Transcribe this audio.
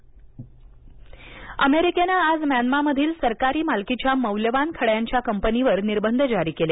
America निर्बंध अमेरिकेने आज म्यानमामधील सरकारी मालकीच्या मौल्यवान खड्यांच्या कंपनीवर निर्बंध जारी केले